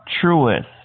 Truest